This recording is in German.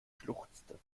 schluchzte